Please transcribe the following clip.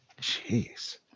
Jeez